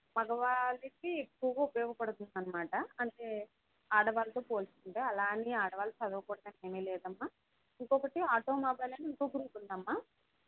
మగవాళ్ళకి ఎక్కువగా ఉపయోగపడుతుంది అన్నమాట అంటే ఆడవాళ్ళతో పోల్చుకుంటే అలా అని ఆడవాళ్ళు చదవకూడదని ఏమీ లేదమ్మా ఇంకొకటి ఆటో మొబైల్ అని ఇంకొక గ్రూప్ ఉంది అమ్మా